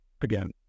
again